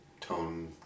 tone